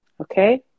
okay